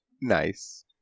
Nice